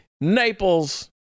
Naples